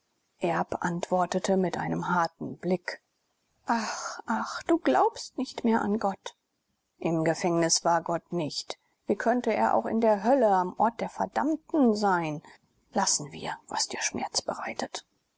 erb antwortete mit einem harten blick ach ach du glaubst nicht mehr an gott im gefängnis war gott nicht wie könnte er auch in der hölle am ort der verdammten sein lassen wir was dir schmerz bereitet